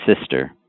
sister